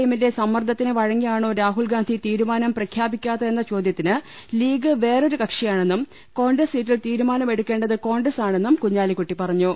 എമ്മിന്റെ സമ്മർദ്ദത്തിന് വഴങ്ങിയാണോ രാഹുൽഗാന്ധി തീരുമാനം പ്രഖ്യാപിക്കാത്തതെന്ന ചോദ്യത്തിന് ലീഗ് വേറൊരു കക്ഷിയാണെന്നും കോൺഗ്രസ് സീറ്റിൽ തീരു മാനം എടുക്കേണ്ടത് കോൺഗ്രസാണെന്നും കുഞ്ഞാലിക്കുട്ടി പറ ഞ്ഞു